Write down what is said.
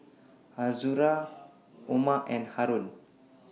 Azura Omar and Haron